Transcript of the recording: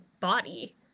body